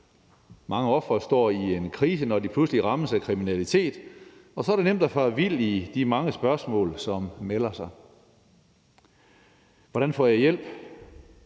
Mange ofre står i en krise, når de pludselig rammes af kriminalitet, og så er det nemt at fare vild i de mange spørgsmål, som melder sig, som f.eks.: Hvordan får jeg hjælp?